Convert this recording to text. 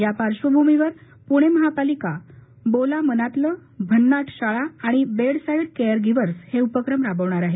या पार्श्वभूमीवर पूणे महापालिका बोला मनातलं भन्ना शाळा आणि बेडसाईड केअर गिव्हर्स हे उपक्रम राबवणार आहे